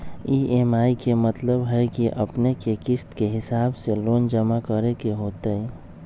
EMI के मतलब है कि अपने के किस्त के हिसाब से लोन जमा करे के होतेई?